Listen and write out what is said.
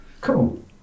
Cool